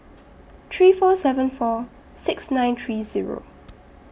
three four seven four six nine three Zero